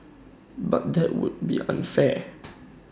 but that would be unfair